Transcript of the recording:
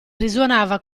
risuonava